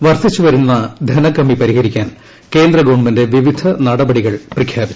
വർദ്ധിച്ചുവരുന്ന ധനകമ്മി പരിഹരിക്കാൻ കേന്ദ്ര ഗവൺമെന്റ് വൃവിധ നടപടികൾ പ്രഖ്യാപിച്ചു